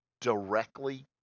directly